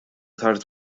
tard